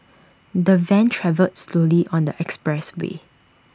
the van travelled slowly on the expressway